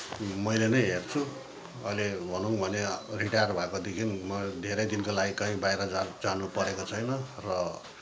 मैले नै हेर्छु अहिले भनौँ भने रिटायर भएकोदेखि म धेरै दिनको लागि कहीँ बाहिर जान परेको छैन र